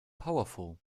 powerful